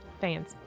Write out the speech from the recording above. Fans